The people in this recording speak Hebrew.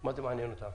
מה זה מעניין אותם?